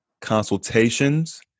consultations